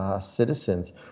citizens